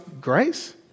grace